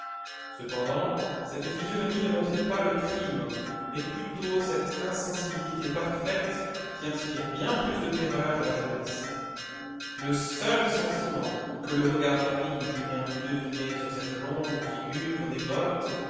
cependant cette physionomie ne montrait pas le crime mais plutôt cette insensibilité parfaite qui inspire bien plus de terreur à la jeunesse le seul sentiment que le regard rapide de julien put deviner sur cette longue figure dévote